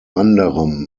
anderem